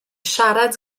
siarad